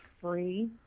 free